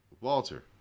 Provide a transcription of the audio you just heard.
walter